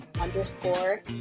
underscore